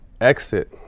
exit